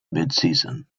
midseason